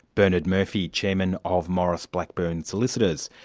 bernard murphy, chairman of maurice blackburn solicitors,